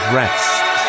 rest